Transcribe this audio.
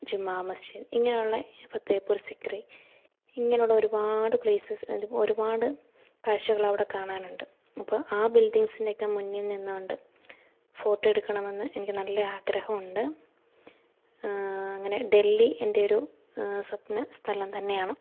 ജുമാമസ്ജിദ് ഇങ്ങനുള്ള ഇപ്പം തേപ്പൂർ സിക്രി ഇങ്ങനുള്ള ഒരുപാട് പ്ലേസസ് ഒരുപാട് കാഴ്ചകൾ അവിടെ കാണാനുണ്ട് അപ്പം ആ ബിൽഡിങ്സിൻറ്റേക്കെ മുന്നിൽ നിന്നോണ്ട് ഫോട്ടോ എടുക്കണം എന്ന് എനിക്ക് നല്ല ആഗ്രഹമുണ്ട് അങ്ങനെ ഡെൽല്ലി എൻ്റെ ഒരു സ്വപ്ന സ്ഥലം തന്നെയാണ്